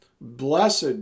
blessed